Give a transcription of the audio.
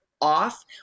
off